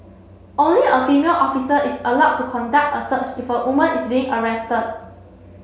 only a female officer is allowed to conduct a search if a woman is being arrested